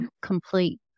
complete